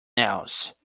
else